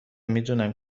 میدونم